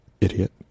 Idiot